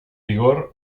vigor